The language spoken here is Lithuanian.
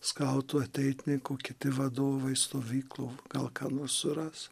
skautų ateitininkų kiti vadovai stovyklų gal ką nors suras